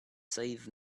save